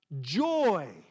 joy